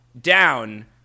down